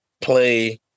play